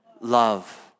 Love